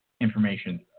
information